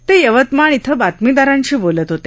ते यवतमाळ इथं बातमीदारांशी बोलत होते